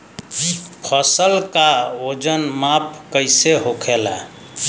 फसल का वजन माप कैसे होखेला?